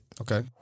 Okay